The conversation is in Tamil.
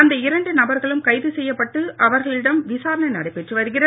அந்த இரண்டு நபர்களும் கைது செய்யப்பட்டு அவர்களிடம் விசாரணை நடைபெற்று வருகிறது